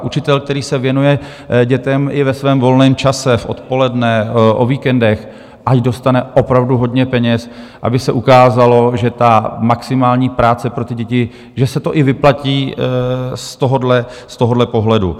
Učitel, který se věnuje dětem i ve svém volném čase, odpoledne o víkendech, ať dostane opravdu hodně peněz, aby se ukázalo, že ta maximální práce pro děti, že se to i vyplatí z tohohle pohledu.